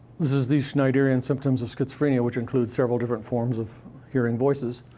this is the schneiderian symptoms of schizophrenia, which include several different forms of hearing voices.